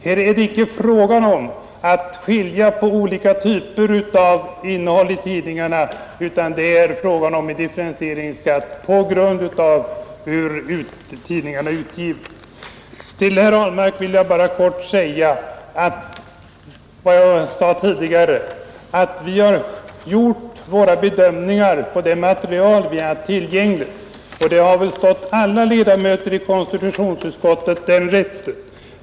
Här är det inte fråga om att skilja på olika typer av innehåll i tidningarna utan det är fråga om differentierad skatt på grund av tidningarnas karaktär. Till herr Ahlmark vill jag helt kort säga vad jag sade tidigare: Vi har gjort våra bedömningar på det material vi haft tillgängligt. Det har stått alla ledamöter i konstitutionsutskottet fritt att göra detsamma.